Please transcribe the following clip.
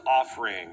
offering